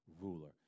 ruler